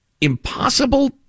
impossible